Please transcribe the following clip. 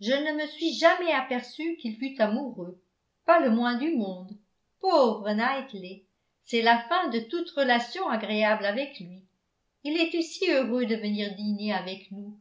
je ne me suis jamais aperçue qu'il fût amoureux pas le moins du monde pauvre knightley c'est la fin de toute relation agréable avec lui il était si heureux de venir dîner avec nous